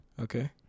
Okay